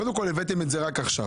קודם כל, הבאתם את זה רק עכשיו.